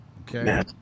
Okay